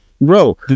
bro